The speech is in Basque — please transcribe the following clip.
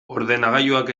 ordenagailuak